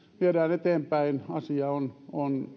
eteenpäin asia on on